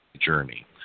Journey